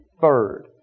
third